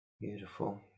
Beautiful